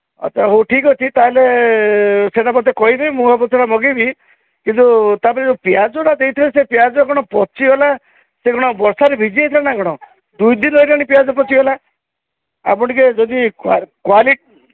ଆଚ୍ଛା ହଉ ଠିକ୍ ଅଛି ତା'ହେଲେ ସେଟା ମୋତେ କହିବେ ମଗାଇବି କିନ୍ତୁ ତା'ପରେ ଯେଉଁ ପିଆଜଟା ଦେଇଥିଲେ ସେ ପିଆଜ କ'ଣ ପଚିଗଲା ସେ କ'ଣ ବର୍ଷାରେ ଭିଜିଯାଇଥିଲା କ'ଣ ଦୁଇ ଦିନ ରହିଲାନି ପିଆଜ ପଚିଗଲା ଆପଣ ଟିକେ ଯଦି କ୍ୱାଲିଟି